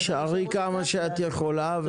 תישארי כמה שאת יכולה,